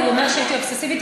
הוא אומר שהייתי אובססיבית,